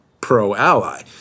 pro-ally